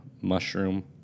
mushroom